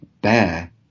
bear